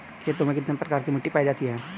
खेतों में कितने प्रकार की मिटी पायी जाती हैं?